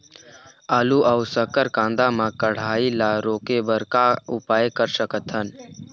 आलू अऊ शक्कर कांदा मा कढ़ाई ला रोके बर का उपाय कर सकथन?